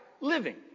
living